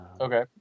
Okay